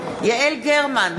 יעל גרמן,